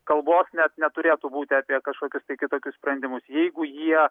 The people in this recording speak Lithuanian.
kalbos net neturėtų būti apie kažkokius tai kitokius sprendimus jeigu jie